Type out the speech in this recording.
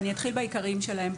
ואני אתחיל בעיקריים שלהם.